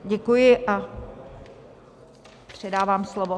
Děkuji a předávám slovo.